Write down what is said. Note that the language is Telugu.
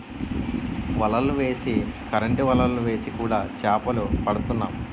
వలలు వేసి కరెంటు వలలు వేసి కూడా చేపలు పడుతున్నాం